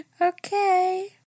Okay